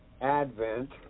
advent